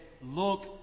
look